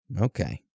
Okay